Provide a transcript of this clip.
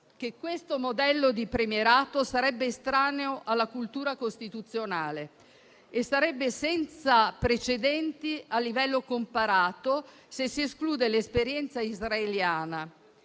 che questo modello di premierato sarebbe estraneo alla cultura costituzionale e sarebbe senza precedenti a livello comparato se si esclude l'esperienza israeliana.